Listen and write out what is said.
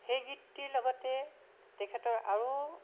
সেই গীতটিৰ লগতে তেখেতৰ আৰু